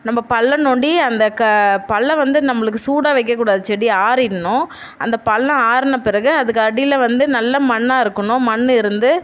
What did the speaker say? நம்ம பள்ளம் தோண்டி அந்த க பள்ளம் வந்து நம்மளுக்கு சூடாக வைக்கக்கூடாது செடி ஆறிடணும் அந்த பள்ளம் ஆறின பிறகு அதுக்கு அடியில் வந்து நல்ல மண்ணாக இருக்கணும் மண் இருந்து